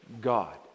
God